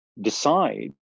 decide